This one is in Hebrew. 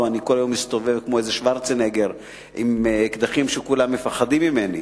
או אני כל היום מסתובב כמו איזה שוורצנגר עם אקדחים שכולם מפחדים ממני.